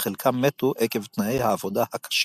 חלקם מתו עקב תנאי העבודה הקשים.